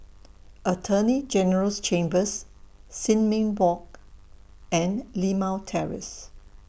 Attorney General's Chambers Sin Ming Walk and Limau Terrace